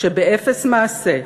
שבאפס מעשה,